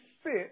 fit